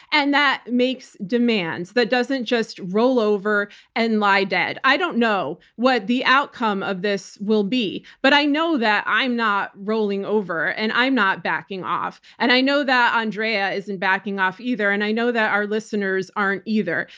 and that makes demands, that doesn't just roll over and lie dead. i don't know what the outcome of this will be, but i know that i'm not rolling over, and i'm not backing off. i know that andrea isn't backing off either, and i know that our listeners aren't either.